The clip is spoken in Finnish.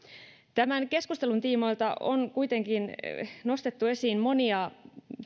tämän keskustelun tiimoilta on kuitenkin nostettu esiin monia